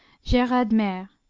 gerardmer,